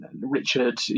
Richard